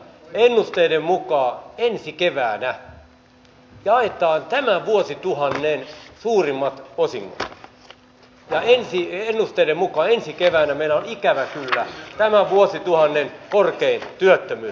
ennusteiden mukaan ensi keväänä jaetaan tämän vuosituhannen suurimmat osingot ja ennusteiden mukaan ensi keväänä meillä on ikävä kyllä tämän vuosituhannen korkein työttömyys